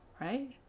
Right